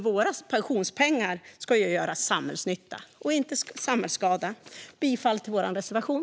Våra pensionspengar ska göra samhällsnytta och inte samhällsskada. Jag yrkar bifall till vår reservation.